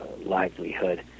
livelihood